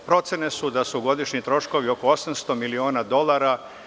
Procene su da su godišnji troškovi oko 800 miliona dolara.